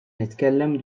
nitkellem